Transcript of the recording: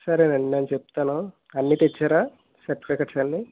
సరేనండి నేను చెప్తాను అన్నీ తెచ్చారా సర్టిఫికెట్స్ అన్నీ